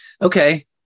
okay